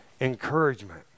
encouragement